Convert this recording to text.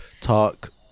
Talk